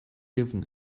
given